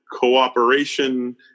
cooperation